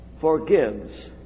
Forgives